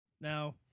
now